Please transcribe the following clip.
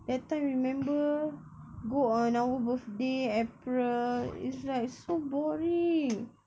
that time remember go on our birthday april is like so boring